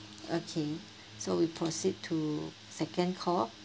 okay so we proceed to second call